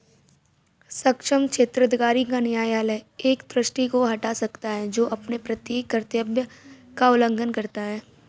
सक्षम क्षेत्राधिकार का न्यायालय एक ट्रस्टी को हटा सकता है जो अपने प्रत्ययी कर्तव्य का उल्लंघन करता है